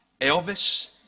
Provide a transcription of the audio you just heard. Elvis